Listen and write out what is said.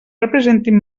representin